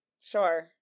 sure